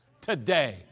today